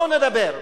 בואו נדבר.